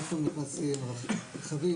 מאיפה נכנסים רכבים?